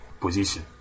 position